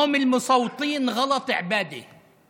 (אומר בערבית ומתרגם:)